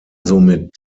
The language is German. somit